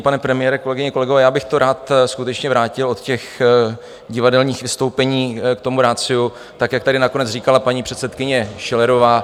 Pane premiére, kolegyně, kolegové, já bych to rád skutečně vrátil od těch divadelních vystoupení k tomu ratiu, tak jak tady nakonec říkala paní předsedkyně Schillerová.